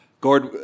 Gord